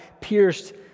pierced